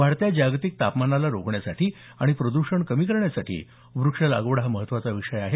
वाढत्या जागतिक तापमानाला रोखण्यासाठी आणि प्रद्षण कमी करण्यासाठी व्रक्षलागवड हा महत्त्वाचा विषय आहे